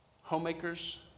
homemakers